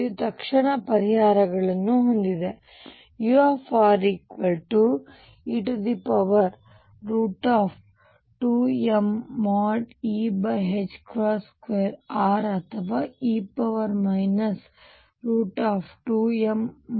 ಇದು ತಕ್ಷಣದ ಪರಿಹಾರಗಳನ್ನು ಹೊಂದಿದೆ ure2mE2r ಅಥವಾ e 2mE2r